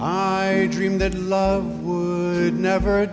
my dream that love would never